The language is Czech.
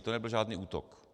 To nebyl žádný útok.